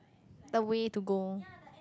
the way to go